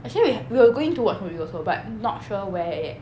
actually we h~ we were going to watch movie also but not sure where yet